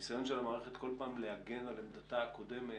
כל פעם להגן על עמדתה הקודמת,